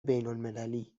بینالمللی